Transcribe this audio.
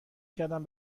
کردم